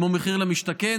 כמו מחיר למשתכן,